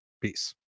Peace